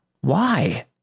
Why